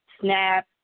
Snap